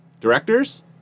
directors